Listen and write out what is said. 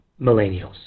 millennials